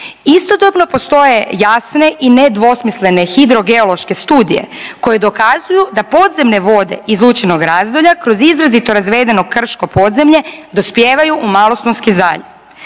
Istodobno postoje jasne i nedvosmislene hidro-geološke studije koje dokazuju da podzemne vode iz Lučinog Razdolja kroz izrazito razvedeno krško podzemlje dospijevaju u Malostonski zaljev.